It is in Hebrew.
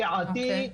שעתי,